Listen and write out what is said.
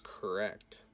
correct